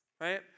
right